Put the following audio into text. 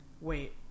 wait